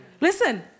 Listen